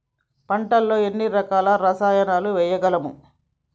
పంటలలో ఎన్ని రకాల రసాయనాలను వేయగలము?